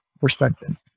perspective